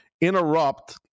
interrupt